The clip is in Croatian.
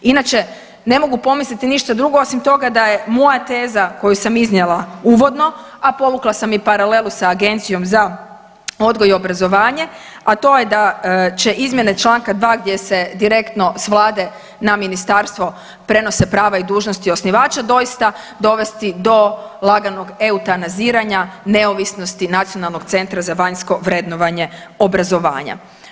Inače ne mogu pomisliti ništa drugo osim toga da je moja teza koju sam iznijela uvodno, a povukla sam i paralelu sa Agencijom za odgoj i obrazovanje, a to je da će izmjene čl. 2. gdje se direktno s vlade na ministarstvo prenose prava i dužnosti osnivača doista dovesti do laganog eutanaziranja neovisnosti Nacionalnog centra za vanjsko vrednovanje obrazovanja.